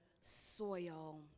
soil